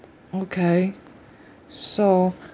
okay so